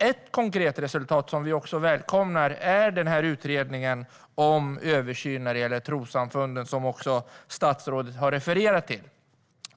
Ett konkret resultat som vi välkomnar är utredningen om översyn när det gäller trossamfunden som statsrådet har refererat till.